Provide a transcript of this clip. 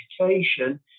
education